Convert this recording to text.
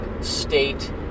state